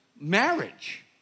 marriage